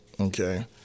Okay